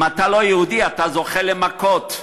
אם אתה לא-יהודי, אתה זוכה למכות,